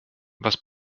was